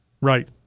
Right